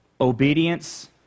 Obedience